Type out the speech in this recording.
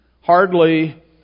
hardly